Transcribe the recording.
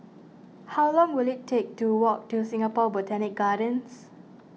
how long will it take to walk to Singapore Botanic Gardens